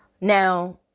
now